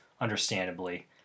understandably